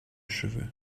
cheveux